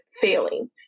failing